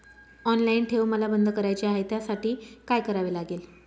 Online ठेव मला बंद करायची आहे, त्यासाठी काय करावे लागेल?